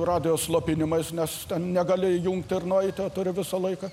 radijo slopinimais nes negali įjungti ir nueiti o turi visą laiką